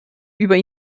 über